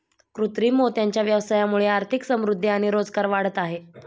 कृत्रिम मोत्यांच्या व्यवसायामुळे आर्थिक समृद्धि आणि रोजगार वाढत आहे